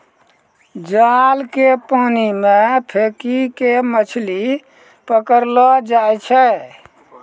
जाल के पानी मे फेकी के मछली पकड़लो जाय छै